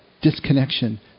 disconnection